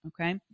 Okay